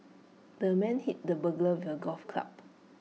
the man hit the burglar with A golf club